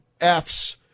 F's